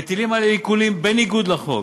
מטילים עליהם עיקולים, בניגוד לחוק,